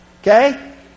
Okay